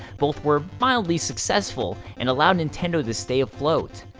both were mildly successful, and allowed nintendo to stay afloat.